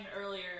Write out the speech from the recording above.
earlier